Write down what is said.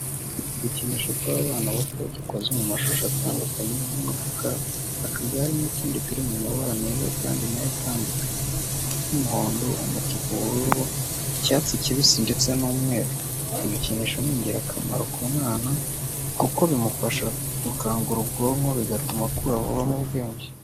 Udukinisho tw'abana bato dukoze mu mashusho atandukanye nk'imodoka, akagare n'utundi turi mu mabara meza kandi nayo atandukanye, nk'umuhondo, umutuku, ubururu, icyatsi kibisi ndetse n'umweru. Ibikinisho ni ingirakamaro ku mwana kuko bimufasha gukangura ubwonko, bigatuma akura vuba mu bwenge.